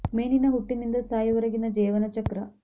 ಮೇನಿನ ಹುಟ್ಟಿನಿಂದ ಸಾಯುವರೆಗಿನ ಜೇವನ ಚಕ್ರ